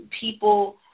people